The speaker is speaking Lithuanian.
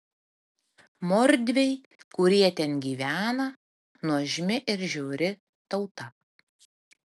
mordviai kurie ten gyvena nuožmi ir žiauri tauta